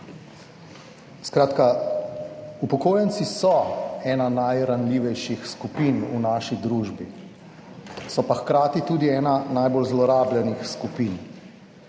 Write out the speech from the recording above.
Skratka, upokojenci so ena najranljivejših skupin v naši družbi, so pa hkrati tudi ena najbolj zlorabljenih skupin.